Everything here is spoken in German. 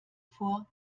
vor